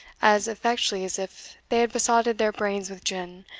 as effectually as if they had besotted their brains with gin,